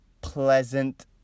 pleasant